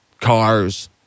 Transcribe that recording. cars